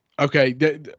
Okay